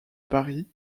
paris